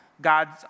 God's